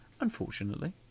unfortunately